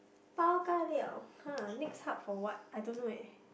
bao ga liao !huh! next hub for what I don't know leh